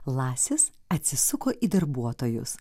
lasis atsisuko į darbuotojus